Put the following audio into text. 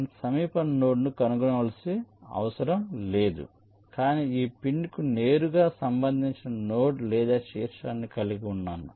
నేను సమీప నోడ్ను కనుగొనవలసిన అవసరం లేదు కానీ ఈ పిన్కు నేరుగా సంబంధించిన నోడ్ లేదా శీర్షాన్ని కలిగి ఉన్నాను